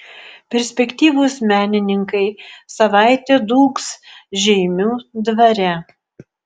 perspektyvūs menininkai savaitę dūgs žeimių dvare